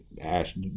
ash